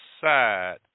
side